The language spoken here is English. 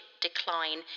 decline